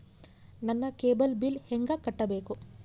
ನನ್ನ cable bill ಹೆಂಗ ಕಟ್ಟಬೇಕು?